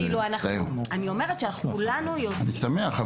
אני אומרת שכולנו יודעים --- אני שמח,